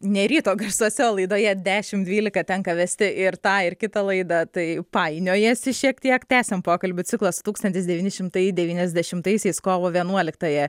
ne ryto garsuose o laidoje dešimt dvylika tenka vesti ir tą ir kitą laidą tai painiojasi šiek tiek tęsiam pokalbių ciklą su tūkstantis devyni šimtai devyniasdešimtaisiais kovo vienuoliktąją